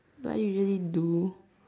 what you usually do